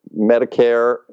Medicare